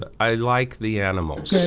i like the animals,